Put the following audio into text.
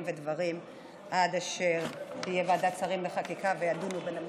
ודברים עד אשר תהיה ועדת שרים לחקיקה וידונו במשרדים.